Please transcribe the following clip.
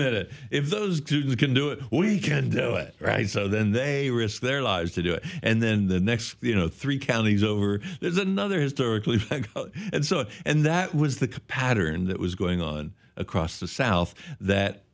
minute if those two can do it we can do it right so then they risk their lives to do it and then the next you know three counties over there's another historically and so and that was the pattern that was going on across the south that